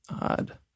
Odd